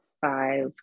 five